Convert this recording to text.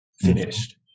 finished